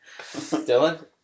Dylan